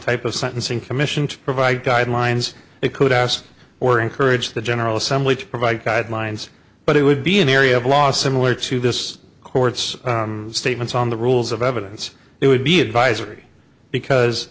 type of sentencing commission to provide guidelines it could ask or encourage the general assembly to provide guidelines but it would be an area of law similar to this court's statements on the rules of evidence it would be advisory because